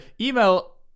email